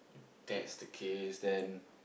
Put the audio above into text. that's the case then